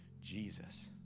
Jesus